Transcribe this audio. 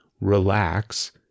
relax